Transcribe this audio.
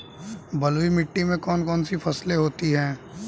बलुई मिट्टी में कौन कौन सी फसलें होती हैं?